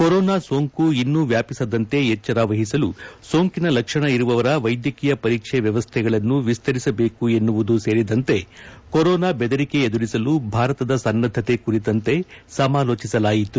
corona ಸೋಂಕು ಇನ್ನೂ ವ್ಯಾಪಿಸದಂತೆ ಎಚ್ಚರ ವಹಿಸಲು ಸೋಂಕಿನ ಲಕ್ಷಣ ಇರುವವರ ವೈದ್ಯಕೀಯ ಪರೀಕ್ಷೆ ವ್ಯವಸ್ಥೆಗಳನ್ನು ವಿಸ್ತರಿಸಬೇಕು ಎನ್ನುವುದೂ ಸೇರಿದಂತೆ ಕೊರೊನಾ ಬೆದರಿಕೆ ಎದುರಿಸಲು ಭಾರತದ ಸನ್ನದ್ದತೆ ಕುರಿತಂತೆ ಸಮಾಲೋಚಿಸಲಾಯಿತು